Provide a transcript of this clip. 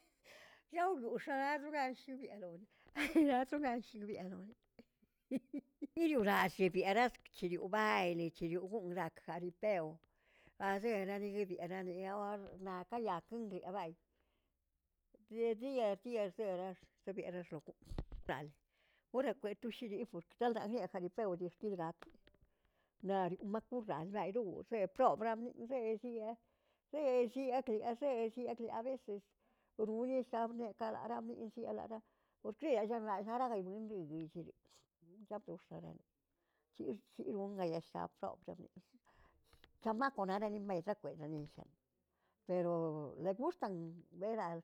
Yaoroꞌ xanarugarshibialow yiriꞌo rashiebiꞌerard chirioꞌbaidꞌ chiriꞌoguguꞌurarkaꞌa jaripeo jaazeꞌrareribiyiꞌ nakayaka ndiꞌabay diersi diersi dierars ribierarloko laꞌl purarl kweꞌtoshi pork taꞌalaljiꞌeə jaripeo de xtilgak naꞌri makweꞌral rairiguꞌug reprob rami reziyaa- reziyaa kraklə-reziyaa kraklə aveces uronisabneꞌ kadaramnishiꞌelaꞌra por kria llaraꞌisharaꞌ galaməeën chir chirongayashaꞌa prob chamaco naꞌnenimeꞌg chakwenilliꞌa.